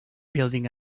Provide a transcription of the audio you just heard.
building